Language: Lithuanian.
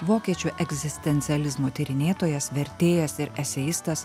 vokiečių egzistencializmo tyrinėtojas vertėjas ir eseistas